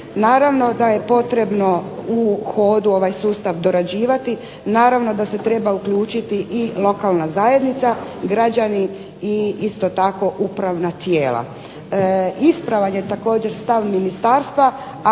Naravno da je potrebno u hodu ovaj sustav dorađivati, naravno da se treba uključiti i lokalna zajednica, građani i isto tako upravna tijela. Ispravan je također stav ministarstva,